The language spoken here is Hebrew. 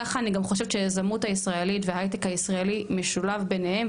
ככה אני גם חושבת שהיזמות הישראלית וההיי-טק הישראלי משולב ביניהם,